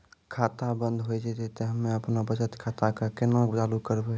खाता बंद हो जैतै तऽ हम्मे आपनौ बचत खाता कऽ केना चालू करवै?